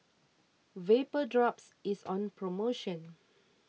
Vapodrops is on promotion